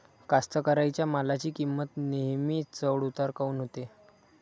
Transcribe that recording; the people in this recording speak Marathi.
कास्तकाराइच्या मालाची किंमत नेहमी चढ उतार काऊन होते?